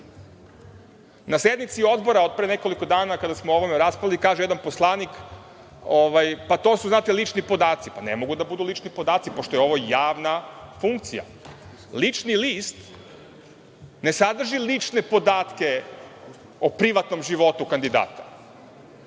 sednici Odbora od pre nekoliko dana, kada smo o ovome raspravljali, kaže jedan poslanik, pa to su znate lični podaci. Ne mogu da budu lični podaci pošto je ovo javna funkcija. Lični list ne sadrži lične podatke o privatnom životu kandidata,